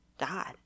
God